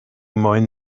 moyn